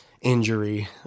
injury